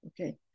okay